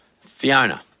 Fiona